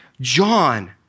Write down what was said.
John